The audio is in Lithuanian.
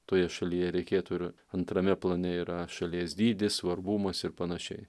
toje šalyje reikėtų ir antrame plane yra šalies dydis svarbumas ir panašiai